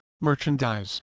merchandise